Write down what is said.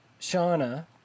Shauna